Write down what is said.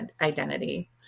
identity